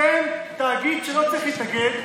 אתם תאגיד שלא צריך להתאגד,